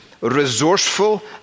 resourceful